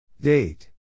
Date